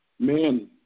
Men